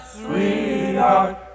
sweetheart